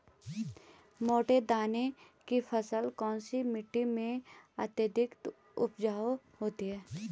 मोटे दाने की फसल कौन सी मिट्टी में अत्यधिक उपजाऊ होती है?